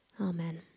Amen